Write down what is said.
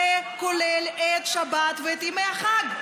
זה כולל את שבת ואת ימי החג.